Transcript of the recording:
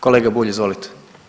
Kolega Bulj, izvolite.